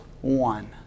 one